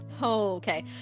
Okay